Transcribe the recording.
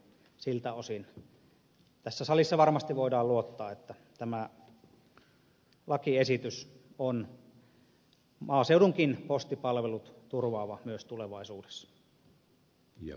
siltä osin tässä salissa varmasti voidaan luottaa että tämä lakiesitys on maaseudunkin postipalvelut turvaava myös tulevaisuudessa